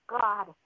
God